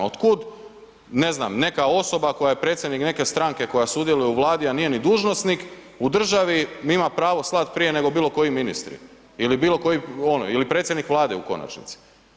Od kud, ne znam, neka osoba koja je predsjednik neke stranke koja sudjeluje u Vladi, a nije ni dužnosnik u državi ima pravo slati prije nego bilo koji ministri ili bilo koji, ili predsjednik Vlade u konačnici?